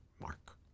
mark